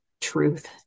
truth